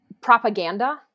propaganda